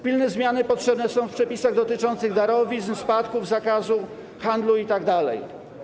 Pilne zmiany potrzebne są w przepisach dotyczących darowizn, spadków, zakazu handlu itd.